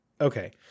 okay